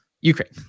Ukraine